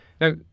Now